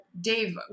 Dave